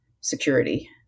security